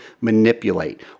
manipulate